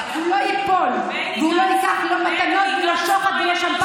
ולא אסנגר על יושב-ראש הסיעה שלי כאשר הוא שוגה.